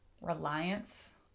reliance